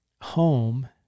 home